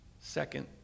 Second